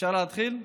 אפשר להתחיל?